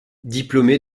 diplômé